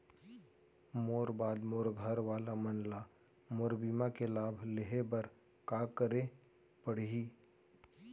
मोर बाद मोर घर वाला मन ला मोर बीमा के लाभ लेहे बर का करे पड़ही?